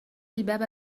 الباب